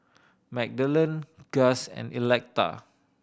Magdalen Gust and Electa